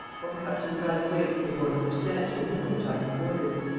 or perhaps you would rather wait for the more substantial meal which i have ordered?